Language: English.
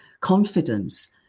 confidence